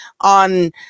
on